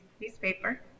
newspaper